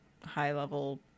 high-level